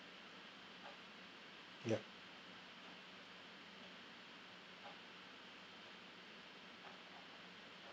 yup